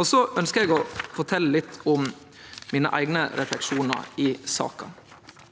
Så ønskjer eg å fortelje litt om mine eigne refleksjonar i saka.